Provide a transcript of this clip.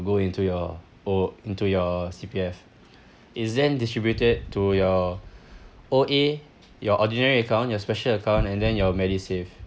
go into your O into your C_P_F it's then distributed to your O_A your ordinary account your special account and then your medisave